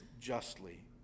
justly